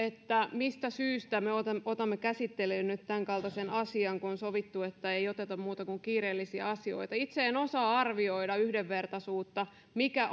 mistä syystä me otamme otamme käsittelyyn nyt tämänkaltaisen asian kun on sovittu että ei oteta muita kuin kiireellisiä asioita itse en osaa arvioida yhdenvertaisuutta mikä